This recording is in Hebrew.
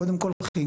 קודם כל חינוך.